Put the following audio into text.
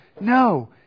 No